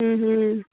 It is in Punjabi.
ਹੂੰ ਹੂੰ